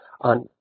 on